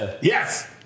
Yes